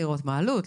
לראות מה העלות,